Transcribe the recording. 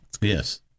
Yes